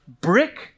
brick